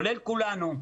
כולל כולנו,